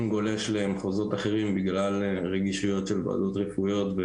גולש למחוזות אחרים בגלל רגישויות של ועדות רפואיות.